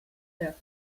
their